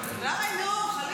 די, נו.